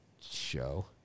show